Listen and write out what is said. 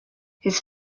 his